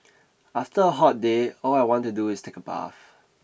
after a hot day all I want to do is take a bath